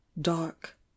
dark